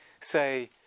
say